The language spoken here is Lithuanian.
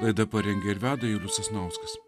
laidą parengė ir veda julius sasnauskas